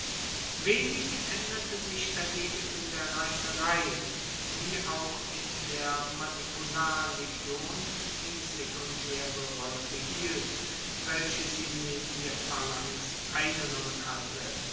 wenig aenderte sich dagegen in der reiterei die auch in der manipularlegion die sekundaere rolle behielt welche sie neben der phalanx eingenommen hatte